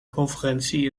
conferentie